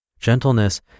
Gentleness